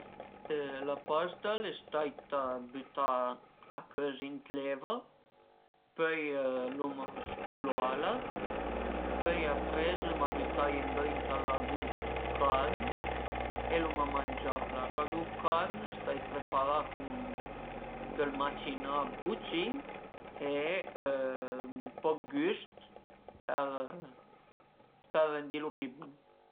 La pasta al e staita bütà a cözi ënt l'eva, pöi l'uma sculala, pöi apres l'uma bütaie ëndrinta ël ragù dë carn e l'uma mangiala. Ël ragù dë carn al e stait prëparà cun del macinà dë bucin e ën po dë güst për rëndilu pi bun